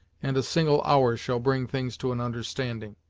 and a single hour shall bring things to an understanding.